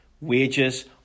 wages